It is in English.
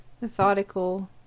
methodical